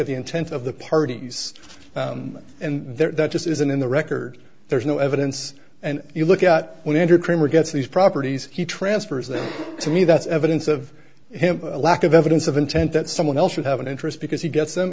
at the intent of the parties and there just isn't in the record there is no evidence and you look at one hundred kramer gets these properties he transfers them to me that's evidence of him a lack of evidence of intent that someone else should have an interest because he gets them